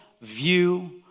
view